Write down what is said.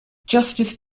justice